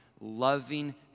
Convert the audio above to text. loving